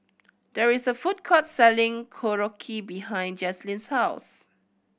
there is a food court selling Korokke behind Jazlynn's house